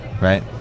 right